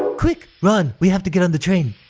quick! ron! we have to get on the train.